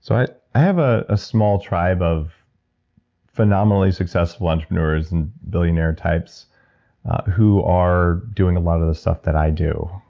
so i have ah a small tribe of phenomenally successful entrepreneurs and billionaire types who are doing a lot of the stuff that i do.